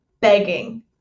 begging